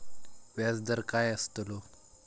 व्याज दर काय आस्तलो?